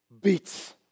beats